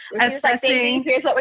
assessing